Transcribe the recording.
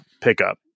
pickup